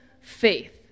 faith